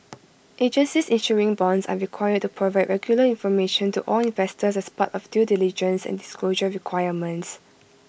agencies issuing bonds are required to provide regular information to all investors as part of due diligence and disclosure requirements